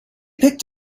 picked